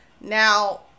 Now